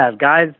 guys